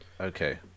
Okay